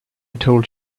told